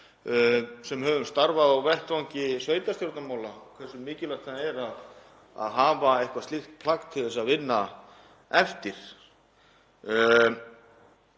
sem höfum starfað á vettvangi sveitarstjórnarmála hversu mikilvægt það er að hafa eitthvert slíkt plagg til að vinna eftir.